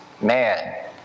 man